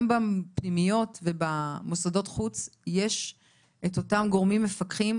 גם בפנימיות ובמוסדות חוץ יש את אותם גורמים מפקחים.